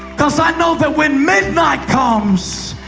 because i know that when midnight comes,